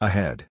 Ahead